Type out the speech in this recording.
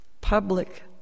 public